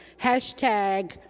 hashtag